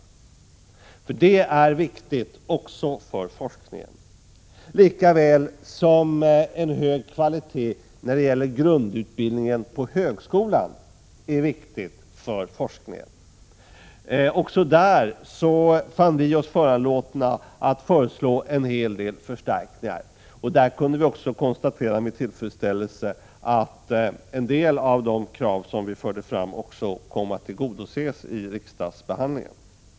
Det är viktigt också för forskningen, lika väl som en hög kvalitet när det gäller grundutbildningen inom högskolan är viktig för forskningen. Även när det gäller denna grundutbildning har vi funnit oss föranlåtna att föreslå en hel del förstärkningar. Vi kunde med tillfredsställelse konstatera att en del av de krav som vi förde fram kom att tillgodoses i riksdagsbehandlingen.